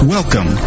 Welcome